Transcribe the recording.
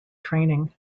training